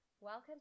Welcome